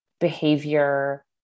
behavior